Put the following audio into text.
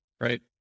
right